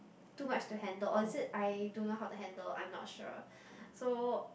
too much to handle or is it I don't know how to handle I'm not sure so